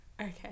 Okay